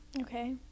okay